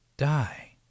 Die